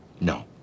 No